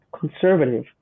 conservative